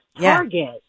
Target